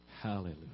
Hallelujah